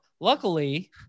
Luckily